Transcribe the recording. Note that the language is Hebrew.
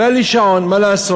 לא היה לי שעון, מה לעשות.